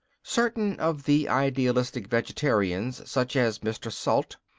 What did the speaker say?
certain of the idealistic vegetarians, such as mr. salt,